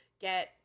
get